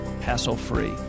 hassle-free